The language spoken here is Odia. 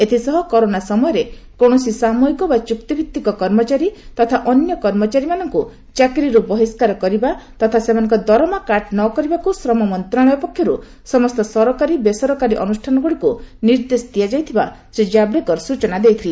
ଏଥିସହ କରୋନା ସମୟରେ କୌଣସି ସାମୟିକ ବା ଚୁକ୍ତିଭିତ୍ତିକ କର୍ମଚାରୀ ତଥା ଅନ୍ୟ କର୍ମଚାରୀମାନଙ୍କୁ ଚାକିରୀରୁ ବହିଷ୍କାର କରିବା ବା ସେମାନଙ୍କ ଦରମା କାଟ୍ ନ କରିବାକୁ ଶ୍ରମ ମନ୍ତ୍ରଶାଳୟ ପକ୍ଷରୁ ସମସ୍ତ ସରକାରୀ ବେସରକାରୀ ଅନୁଷ୍ଠାନଗୁଡ଼ିକୁ ନିର୍ଦ୍ଦେଶ ଦିଆଯାଇଥିବା ଶ୍ରୀ ଜାବଡେକର ସ୍ବଚନା ଦେଇଥିଲେ